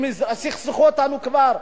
סכסכו אותנו כבר,